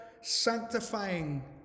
sanctifying